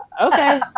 okay